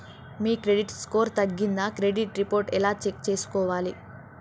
మీ credit score తగ్గిందా credit report ఎలా check చేసుకోవాలి?